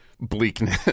bleakness